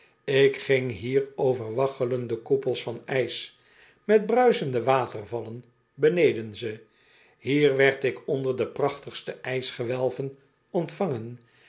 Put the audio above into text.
ik ging hier over waggelende koepels van ijs met bruisende watervallen boneden ze hier werd ik onder de prachtigste ijsgewelven ontvangen